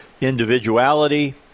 individuality